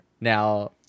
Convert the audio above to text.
now